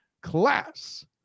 class